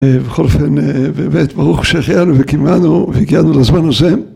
בכל אופן באמת ברוך שהחיינו וקימנו והגיענו לזמן הזה